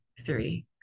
three